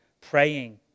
praying